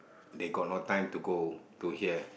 they got no time to go to here